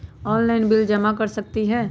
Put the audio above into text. Online bill जमा कर सकती ह?